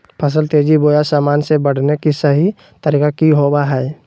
फसल तेजी बोया सामान्य से बढने के सहि तरीका कि होवय हैय?